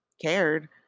cared